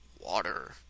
Water